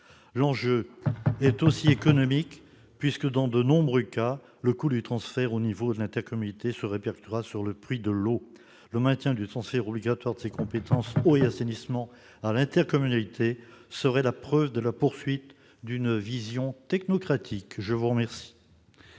L'enjeu est aussi économique, puisque, dans de nombreux cas, le coût du transfert à l'échelon de l'intercommunalité se répercutera sur le prix de l'eau. En d'autres termes, le maintien du transfert obligatoire des compétences eau et assainissement à l'intercommunalité serait la preuve de la poursuite d'une vision technocratique. La parole